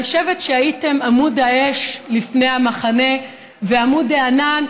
אני חושבת שהייתם עמוד האש לפני המחנה ועמוד הענן,